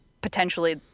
Potentially